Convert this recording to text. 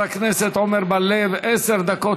חבר הכנסת עמר בר-לב, עשר דקות